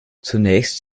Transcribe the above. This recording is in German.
zunächst